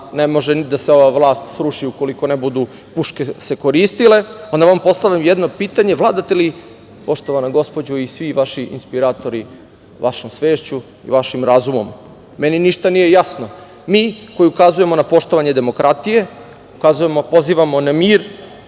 ne može da se ova vlast sruši ukoliko ne budu puške se koristile, onda vam postavljam jedno pitanje – vladate li, poštovana gospođo i svi vaši inspiratori, vašom svešću i vašim razumom? Meni ništa nije jasno. Mi koji ukazujemo na poštovanje demokratije, ukazujemo i pozivamo na mir,